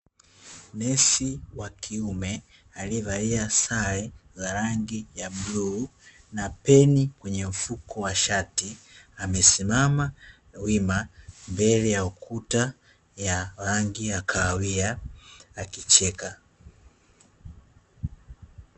Nesi wakiume aliyevalia sare ya rangi ya bluu na peni kwenye mfuko wa shati amesimama wima mbele ya ukuta wa rangi ya kahawia akicheka.